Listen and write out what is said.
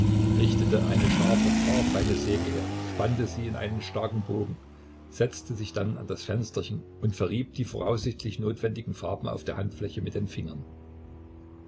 richtete eine scharfe haarfeine säge her spannte sie in einen starken bogen setzte sich dann an das fensterchen und verrieb die voraussichtlich notwendigen farben auf der handfläche mit den fingern